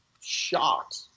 shocked